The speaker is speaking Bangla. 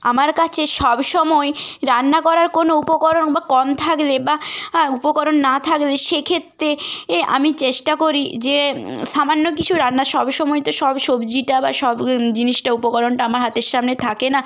আমার কাছে সব সময় রান্না করার কোনো উপকরণ বা কম থাকলে বা উপকরণ না থাকলে সেক্ষেত্রে এ আমি চেষ্টা করি যে সামান্য কিছু রান্না সব সময় তো সব সবজিটা বা সব জিনিসটা উপকরণটা আমার হাতের সামনে থাকে না